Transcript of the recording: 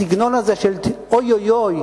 הסגנון הזה של: אוי,